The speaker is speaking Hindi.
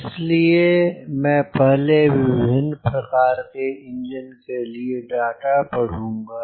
इसलिए मैं पहले विभिन्न प्रकार के इंजन के लिए डाटा पढूंगा